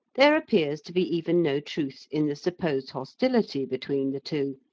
there appears to be even no truth in the supposed hostility between the two,